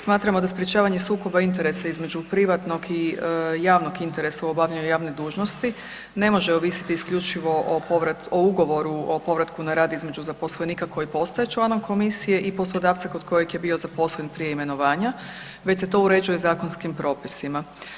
Smatramo da sprječavanje sukoba interesa između privatnog i javnog interesa u obavljanju javne dužnosti ne može ovisiti isključivo o ugovoru o povratku na rad između zaposlenika koji postaje članom komisije i poslodavca kod kojeg je bio zaposlen prije imenovanja, već se to uređuje zakonskim propisima.